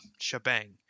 shebang